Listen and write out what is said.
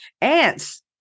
Ants